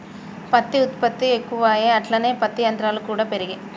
పత్తి ఉత్పత్తి ఎక్కువాయె అట్లనే పత్తి యంత్రాలు కూడా పెరిగే